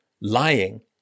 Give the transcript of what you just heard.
lying